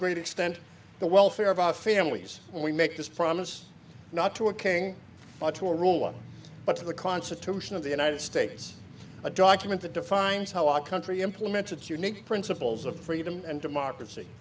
great extent the welfare of our families and we make this promise not to a king or to a rule but to the constitution of the united states a document that defines how our country implemented the unique principles of freedom and democracy